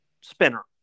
spinner